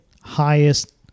highest